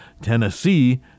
Tennessee